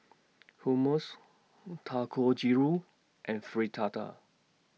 Hummus Dangojiru and Fritada